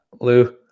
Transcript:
Lou